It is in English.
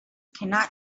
cannot